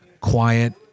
quiet